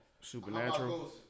supernatural